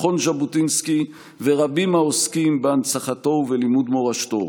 מכון ז'בוטינסקי ורבים העוסקים בהנצחתו ובלימוד מורשתו.